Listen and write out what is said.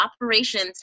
operations